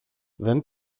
δεν